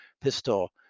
Pistol